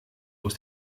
aus